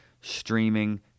streaming